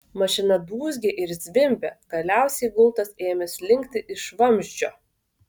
mašina dūzgė ir zvimbė galiausiai gultas ėmė slinkti iš vamzdžio